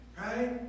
right